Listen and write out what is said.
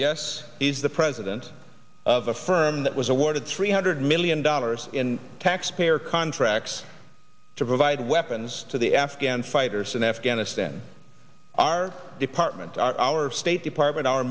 yes he's the president of a firm that was awarded three hundred million dollars in taxpayer contracts to provide weapons to the afghan fighters in afghanistan our department our our state department our